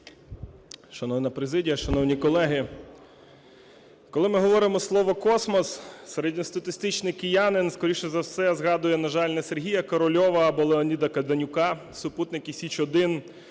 Шановна президія, шановні колеги, коли ми говоримо слово космос, середньостатистичний киянин, скоріше за все, згадує, на жаль, не Сергія Корольова або Леоніда Каденюка, супутник "Січ-1"